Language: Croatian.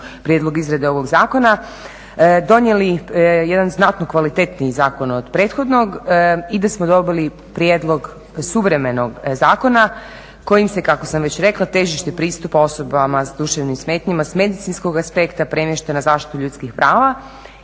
prijedlog izvedbe ovog zakona, donijeli jedan znatno kvalitetniji zakon od prethodnog i da smo dobili prijedlog suvremenog zakona kojim se kako sam već rekla težište pristupa osobama s duševnim smetnjama s medicinskog aspekta premješta na zaštitu ljudskih prava